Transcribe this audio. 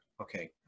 okay